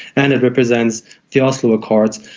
and it represents the oslo accords,